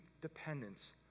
dependence